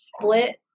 split